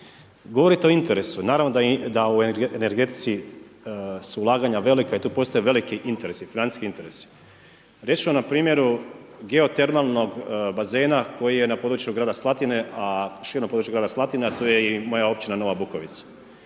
Govorite o interesu, naravno da energetici u su ulaganja velika, tu postoje veliki interesi, financijski interesi. Reći ću vam na primjeru geotermalnog bazena koji je na području grada Slatine, širom području grada Slatine a to je i moja Općina Nova Bukovica.